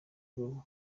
bwo